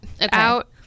out